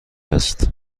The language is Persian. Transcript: است